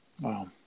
Wow